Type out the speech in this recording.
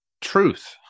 truth